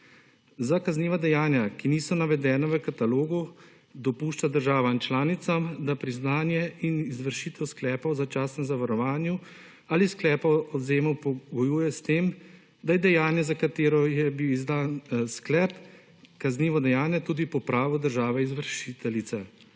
Za kazniva dejanja, ki niso navedena v katalogu dopušča državam članicam, da priznanje in izvršitev sklepov o začasnem zavarovanju ali sklepa o odvzemu pogojuje s tem, da je dejanje za katero je bil izdaj sklep, kaznivo dejanje tudi po pravu države izvršiteljice.